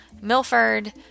Milford